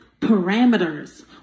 parameters